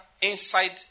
inside